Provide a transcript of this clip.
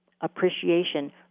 Appreciation